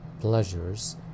pleasures